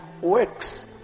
works